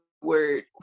word